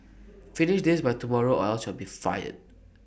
finish this by tomorrow or else you'll be fired